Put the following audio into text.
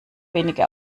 wenige